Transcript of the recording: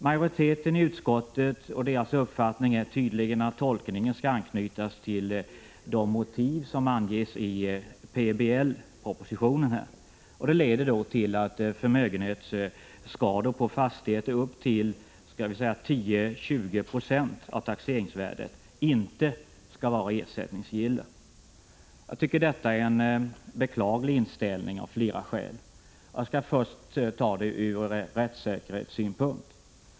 Majoritetens uppfattning är tydligen att tolkningen skall anknytas till de motiv som anges i PBL propositionen. Detta leder till att förmögenhetsskador på fastigheter upp till 10-20 96 av taxeringsvärdet inte skall vara ersättningsgilla. Detta är av flera skäl en beklaglig inställning. Jag vill först behandla frågan från rättssäkerhetssynpunkt.